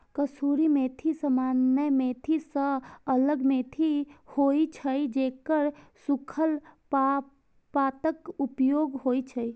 कसूरी मेथी सामान्य मेथी सं अलग मेथी होइ छै, जेकर सूखल पातक उपयोग होइ छै